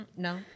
No